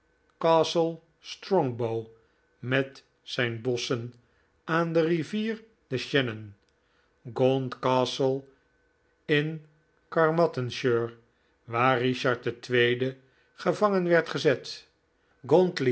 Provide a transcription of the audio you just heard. castle strongbow met zijn bosschen aan de rivier de shannon gaunt castle in carmarthenshire waar richard ii gevangen werd gezet